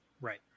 Right